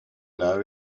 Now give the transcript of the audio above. know